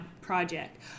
project